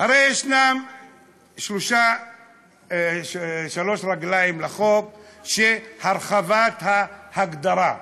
הרי יש שלוש רגליים לחוק של הרחבת ההגדרה,